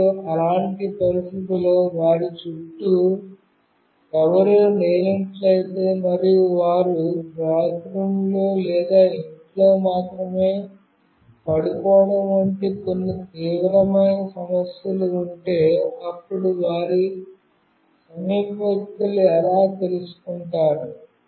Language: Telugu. మరియు అలాంటి పరిస్థితిలో వారి చుట్టూ ఎవరూ లేనట్లయితే మరియు వారు బాత్రూంలో లేదా ఇంట్లో మాత్రమే పడిపోవడం వంటి కొన్ని తీవ్రమైన సమస్యలు ఉంటే అప్పుడు వారి సమీప వ్యక్తులు ఎలా తెలుసుకుంటారు